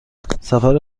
سفر